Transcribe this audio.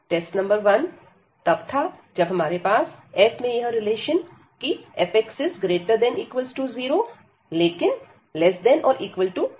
test number 1 तब था जब हमारे पास f में यह रिलेशन 0≤fx≤gx था